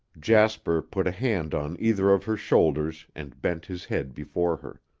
jasper put a hand on either of her shoulders and bent his head before her.